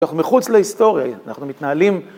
אנחנו מחוץ להיסטוריה, אנחנו מתנהלים...